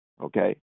okay